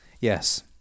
Yes